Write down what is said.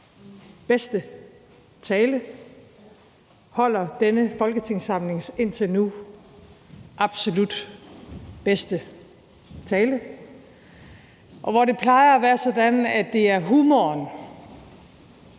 bedste tale, holder denne folketingssamlings indtil nu absolut bedste tale. Og hvor det plejer at være sådan, at det er humoren